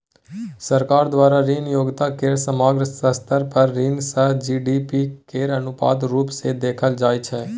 सरकार द्वारा ऋण योग्यता केर समग्र स्तर पर ऋण सँ जी.डी.पी केर अनुपात रुप सँ देखाएल जाइ छै